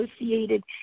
associated